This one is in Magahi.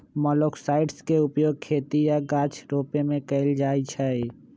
मोलॉक्साइड्स के उपयोग खेती आऽ गाछ रोपे में कएल जाइ छइ